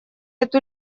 эту